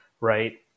right